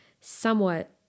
somewhat